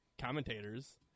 commentators